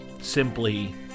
simply